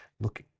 look